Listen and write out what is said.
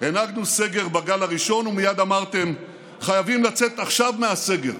הנהגנו סגר בגל הראשון ומייד אמרתם שחייבים לצאת עכשיו מהסגר,